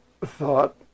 thought